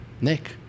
Nick